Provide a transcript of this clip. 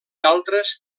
altres